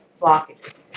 blockages